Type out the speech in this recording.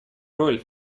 роль